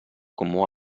comú